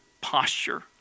posture